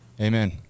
Amen